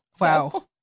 Wow